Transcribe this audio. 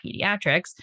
Pediatrics